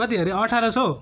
कति अरे अठार सय